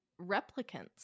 replicants